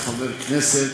תענה על זה.